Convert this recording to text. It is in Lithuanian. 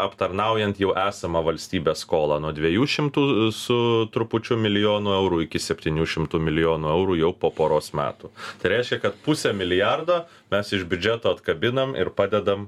aptarnaujant jau esamą valstybės skolą nuo dviejų šimtų su trupučiu milijonų eurų iki septynių šimtų milijonų eurų jau po poros metų tai reiškia kad pusę milijardo mes iš biudžeto atkabinam ir padedam